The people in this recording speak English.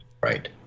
right